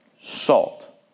salt